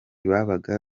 babaga